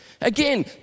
Again